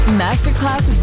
masterclass